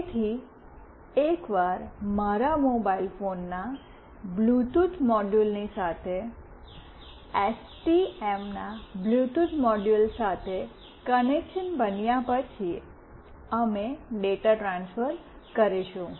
તેથી એકવાર મારા મોબાઇલ ફોનના બ્લૂટૂથ મોડ્યુલની સાથે એસટીએમના બ્લૂટૂથ મોડ્યુલ કનેક્શન બન્યા પછી અમે ડેટા ટ્રાન્સફર કરીશું